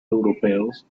europeos